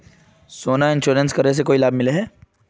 सोना यह इंश्योरेंस करेला से कुछ लाभ मिले है?